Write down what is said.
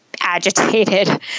agitated